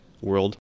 world